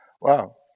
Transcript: Wow